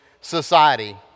society